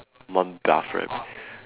buff rabbit